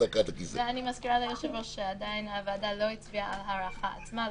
מזכירה ליושב-ראש שעדיין הוועדה לא הצביעה על ההארכה עצמה.